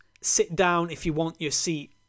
sit-down-if-you-want-your-seat